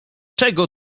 czego